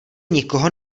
nikoho